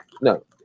no